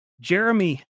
Jeremy